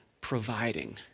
providing